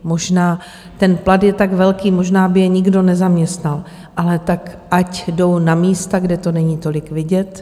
Možná ten plat je tak velký, možná by je nikdo nezaměstnal, ale tak ať jdou na místa, kde to není tolik vidět.